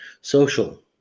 Social